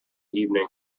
evening